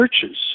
churches